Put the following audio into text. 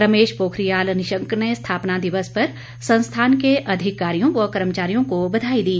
रमेश पोखरियाल निशंक ने स्थापना दिवस पर संस्थान के अधिकारियों व कर्मचारियों को बधाई दी